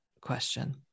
question